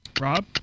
Rob